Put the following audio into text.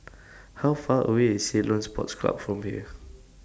How Far away IS Ceylon Sports Club from here